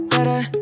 Better